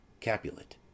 capulet